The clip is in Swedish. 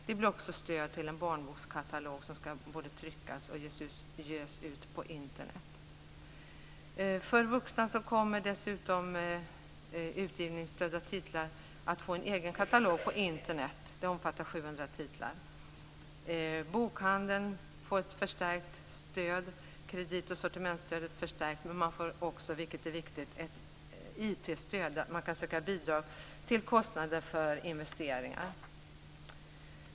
Det blir också ett stöd till en barnbokskatalog som både skall tryckas och ges ut på För vuxna kommer dessutom utgivningsstödda titlar att få en egen katalog på Internet, som omfattar 700 titlar. Bokhandeln får ett förstärkt stöd. Kreditoch sortimentstödet förstärks. Det blir, vilket också är viktigt, ett IT-stöd. Det innebär att man kan söka bidrag till kostnader för investeringar.